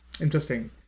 Interesting